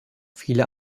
viele